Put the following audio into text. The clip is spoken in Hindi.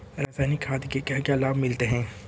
रसायनिक खाद के क्या क्या लाभ मिलते हैं?